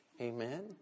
Amen